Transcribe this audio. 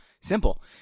simple